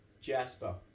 Jasper